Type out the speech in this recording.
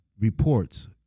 reports